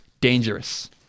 dangerous